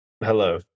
Hello